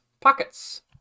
pockets